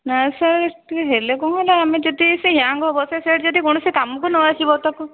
ନା ସାର୍ ଟିକିଏ ହେଲେ କ'ଣ ହେଲା ଆମେ ଯଦି ସେ ହ୍ୟାଙ୍ଗ ହେବ ସେ ସେଟ୍ ଯଦି କୌଣସି କାମକୁ ନ ଆସିବ ତାକୁ